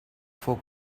fou